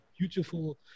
beautiful